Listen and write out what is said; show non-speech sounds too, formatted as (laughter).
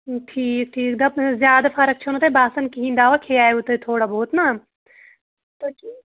ٹھیٖک ٹھیٖک دَپ زیادٕ فرٕق چھَو نہٕ تۄہہِ باسان کِہیٖنٛۍ دَوا کھیٚیایوٕ تۄہہِ تھوڑا بہت نا (unintelligible)